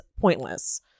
pointless